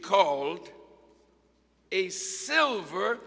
called a silver